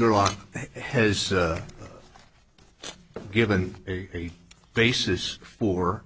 girl has given a basis for